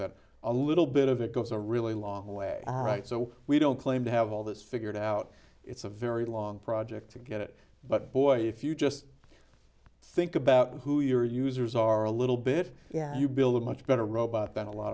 that a little bit of it goes a really long way right so we don't claim to have all this figured out it's a very long project to get it but boy if you just think about who your users are a little bit yeah you build a much better robot than a lot